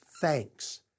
thanks